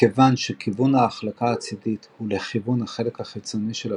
מכיוון שכיוון ההחלקה הצידית הוא לכיוון החלק החיצוני של הפנייה,